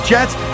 Jets